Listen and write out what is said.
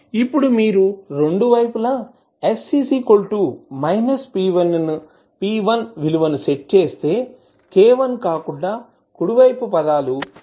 ఇప్పుడు మీరు రెండు వైపులా s −p1 విలువను సెట్ చేస్తే k1 కాకుండా కుడి వైపు పదాలు 0 అవుతాయి